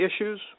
issues